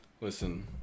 Listen